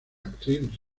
actriz